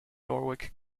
norwich